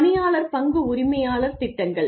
பணியாளர் பங்கு உரிமையாளர் திட்டங்கள்